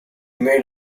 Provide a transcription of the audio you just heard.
made